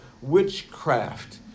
witchcraft